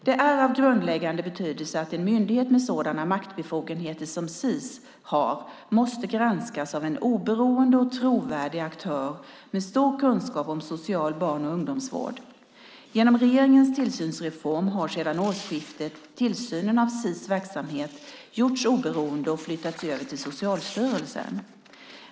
Det är av grundläggande betydelse att en myndighet med sådana maktbefogenheter som Sis har måste granskas av en oberoende och trovärdig aktör med stor kunskap om social barn och ungdomsvård. Genom regeringens tillsynsreform har sedan årsskiftet tillsynen av Sis verksamhet gjorts oberoende och flyttats över till Socialstyrelsen.